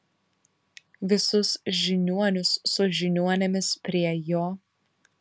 visus žiniuonius su žiniuonėmis prie jo